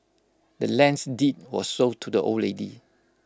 the land's deed was sold to the old lady